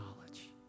knowledge